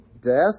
death